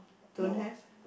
don't have